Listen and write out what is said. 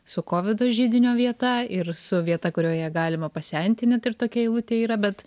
su kovido židinio vieta ir su vieta kurioje galima pasenti net ir tokia eilutė yra bet